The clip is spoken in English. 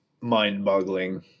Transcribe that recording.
mind-boggling